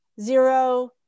zero